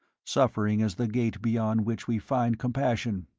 suffering is the gate beyond which we find compassion.